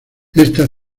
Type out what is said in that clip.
esta